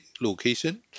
location